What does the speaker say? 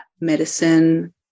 medicine